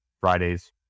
Fridays